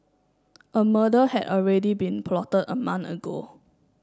a murder had already been plotted a month ago